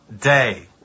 day